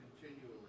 continually